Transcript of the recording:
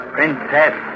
Princess